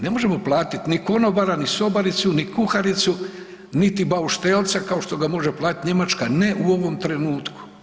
Ne možemo platiti ni konobara, ni sobaricu, ni kuharicu, niti bauštelca kao što ga može platiti Njemačka, ne u ovom trenutku.